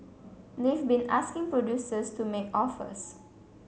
they've been asking producers to make offers